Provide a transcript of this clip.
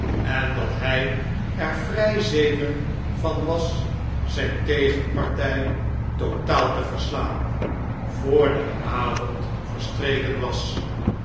en dat hij er vrij zeker van was r zijn tegenpartij totaal te verslaan voor de avond verstreken was